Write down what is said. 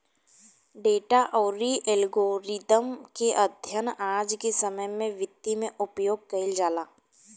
data अउरी algorithm के अध्ययन आज के समय में वित्त में उपयोग कईल जाला